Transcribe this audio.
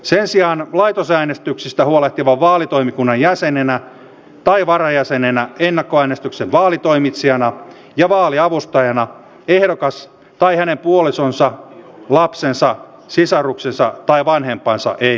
sen sijaan laitosäänestyksistä huolehtivana vaalitoimikunnan jäsenenä tai varajäsenenä ennakkoäänestyksen vaalitoimitsijana ja vaaliavustajana ehdokas tai hänen puolisonsa lapsensa sisaruksensa tai vanhempansa ei voisi olla